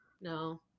no